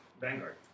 Vanguard